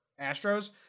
Astros